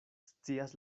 scias